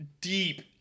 deep